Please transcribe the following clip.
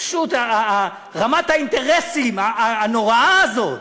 פשוט, רמת האינטרסים הנוראה הזאת.